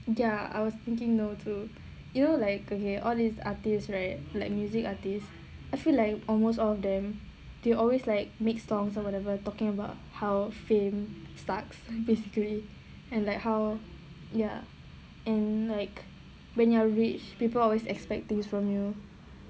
ya I was thinking no too you know like okay all these artists right like music artists I feel like almost all of them they always like make songs or whatever talking about how fame sucks basically and like how ya and like when you're rich people always expect things from you